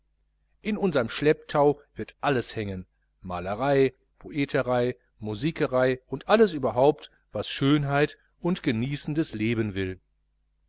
in unserm schlepptau wird alles hängen malerei poeterei musikerei und alles überhaupt was schönheit und genießendes leben will